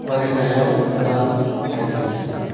फारिलाइआव गोदान आइतेम सो